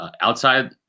outside